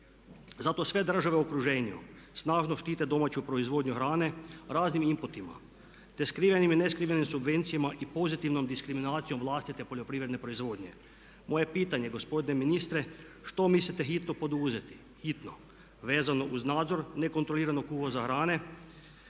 Zato sve države u okruženju snažno štite domaću proizvodnju hrane raznim inputima, te skrivenim i neskrivenim subvencijama i pozitivnom diskriminacijom vlastite poljoprivredne proizvodnje. Moje je pitanje gospodine ministre što mislite hitno poduzeti, hitno vezano uz nadzor nekontroliranog uvoza hrane